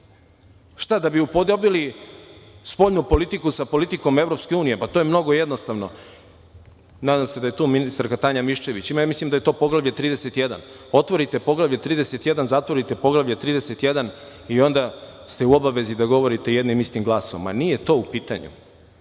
Šta, da bi upodobili spoljnu politiku sa politikom EU? Pa, to je mnogo jednostavno. Nadam se da je tu ministarka Tanja Miščević. Mislim da je to Poglavlje 31. Otvorite Poglavlje 31, zatvorite Poglavlje 31 i onda ste u obavezi da govorite jednim istim glasom. Ma, nije to u pitanju.